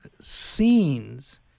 scenes